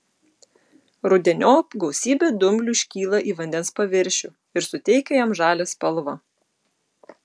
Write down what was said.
rudeniop gausybė dumblių iškyla į vandens paviršių ir suteikia jam žalią spalvą